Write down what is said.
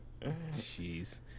Jeez